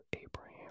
Abraham